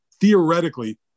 theoretically